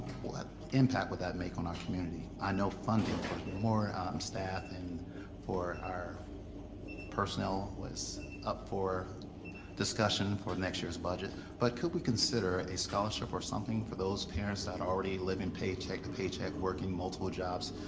what impact would that make on our community? i know funding for more staff and for our personnel is up for discussion for next year's budget. but could we consider a scholarship or something for those parents that are already living paycheck to paycheck, working multiple jobs,